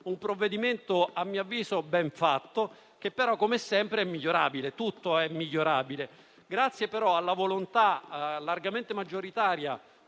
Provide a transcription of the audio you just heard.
importante, a mio avviso ben fatto, che però come sempre è migliorabile. Tutto è migliorabile; grazie però alla volontà largamente maggioritaria